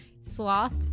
Sloth